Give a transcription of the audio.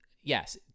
yes